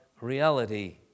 reality